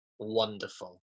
Wonderful